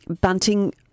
Bunting